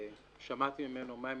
ושמעתי ממנו מה הם